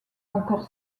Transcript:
encore